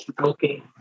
okay